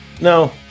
No